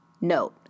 Note